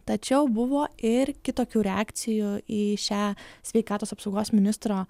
tačiau buvo ir kitokių reakcijų į šią sveikatos apsaugos ministro